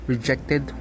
Rejected